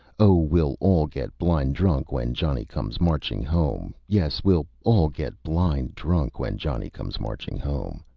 oh, we'll all get blind drunk when johnny comes marching home yes, we'll all get blind drunk when johnny comes marching home!